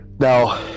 now